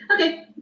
okay